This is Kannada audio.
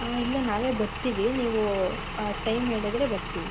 ಹಾಂ ಇಲ್ಲ ನಾವೇ ಬರುತ್ತೀವಿ ನೀವು ಆ ಟೈಮ್ ಹೇಳಿದ್ರೆ ಬರುತ್ತೀವಿ